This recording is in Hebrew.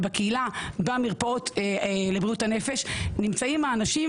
ובקהילה במרפאות לבריאות הנפש נמצאים האנשים,